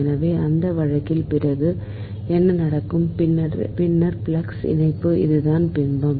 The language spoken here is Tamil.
எனவே அந்த வழக்கில் பிறகு என்ன நடக்கும் பின்னர் ஃப்ளக்ஸ் இணைப்பு இதுதான் பின்னம்